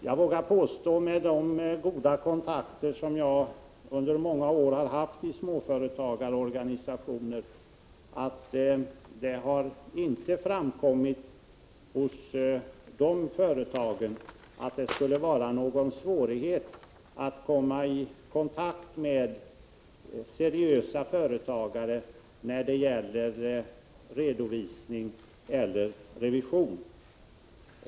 Jag vågar påstå — med hänvisning till de goda kontakter som jag under många år har haft i småföretagarorganisationer— att det inte har framkommit hos de företagen att det skulle vara någon svårighet att komma i kontakt med seriösa företagare när det gäller redovisning eller revision.